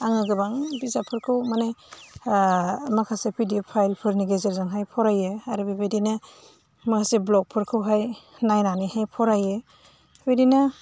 आङो गोबां बिजाबफोरखौ माने माखासे पिडिएफ फाइलफोरनि गेजेरजोंहाय फरायो आरो बेबायदिनो माखासे भ्लगफोरखौहाय नायनानैहाय फरायो बिदिनो